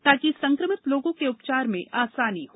ताकि संक्रमित लोगों के उपचार में आसानी हो